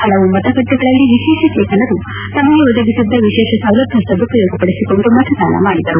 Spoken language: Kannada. ಪಲವು ಮತಗಟ್ಟೆಗಳಲ್ಲಿ ವಿಶೇಷಚೇತನರು ತಮಗೆ ಒದಗಿಸಿದ್ದ ವಿಶೇಷ ಸೌಲಭ್ಯ ಸದುಪಯೋಗ ಪಡಿಸಿಕೊಂಡು ಮತದಾನ ಮಾಡಿದರು